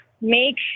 make